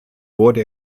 wurde